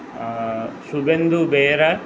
Suvendu Behera